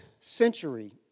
century